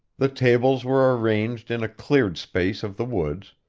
the tables were arranged in a cleared space of the woods,